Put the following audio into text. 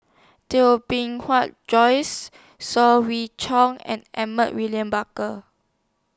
Bee Joyce Saw Swee and Edmund William Barker